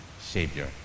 Savior